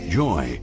joy